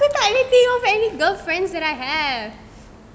aku tak ada think of any girl friends that I have